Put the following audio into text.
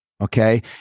okay